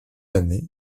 année